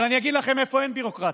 אבל אני אגיד לכם איפה אין ביורוקרטיה: